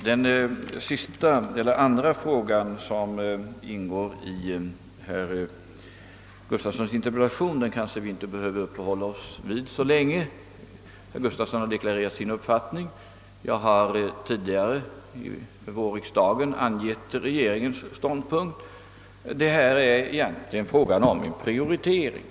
Herr talman! Den andra frågan som ingår i herr Gustavssons i Alvesta interpellation kanske vi inte behöver uppehålla oss vid så länge. Herr Gustavsson har deklarerat sin uppfattning. Jag har under vårriksdagen angivit regeringens ståndpunkt. Det är här fråga om en prioritering.